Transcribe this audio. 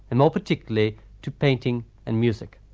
and more particularly to painting and music.